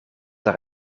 haar